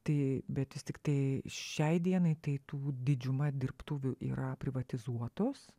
tai bet vis tiktai šiai dienai tai tų didžiuma dirbtuvių yra privatizuotos